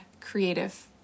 creative